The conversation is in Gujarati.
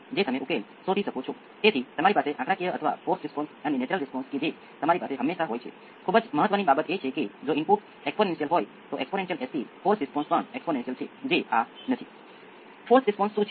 અને તમે સમજો છો કે આ બીજું કંઈ નથી પણ 2 × cos p i t A1 નો ખૂણો છે